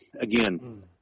again –